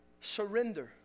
surrender